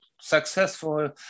successful